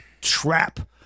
trap